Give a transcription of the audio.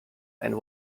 and